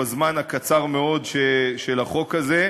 בזמן הקצר מאוד של חקיקת החוק הזה,